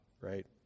right